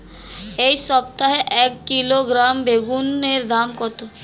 এই সপ্তাহে এক কিলোগ্রাম বেগুন এর দাম কত?